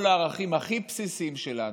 כל הערכים הכי בסיסיים שלנו,